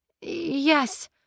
Yes